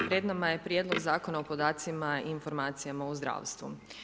Pred nama je Prijedlog zakona o podacima i informacijama u zdravstvu.